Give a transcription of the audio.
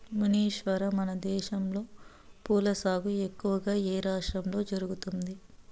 మునీశ్వర, మనదేశంలో పూల సాగు ఎక్కువగా ఏ రాష్ట్రంలో జరుగుతుంది